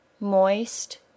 Moist